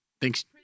Thanks